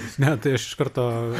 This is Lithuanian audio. ne tai aš iš karto